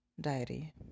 diary